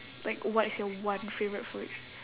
like what is your one favourite food